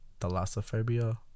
Thalassophobia